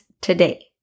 today